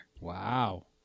Wow